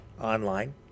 online